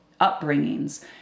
upbringings